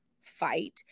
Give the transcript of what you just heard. fight